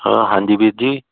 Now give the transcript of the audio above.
ਹਾਂ ਹਾਂਜੀ ਵੀਰ ਜੀ